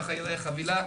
כך תיראה החבילה.